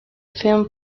film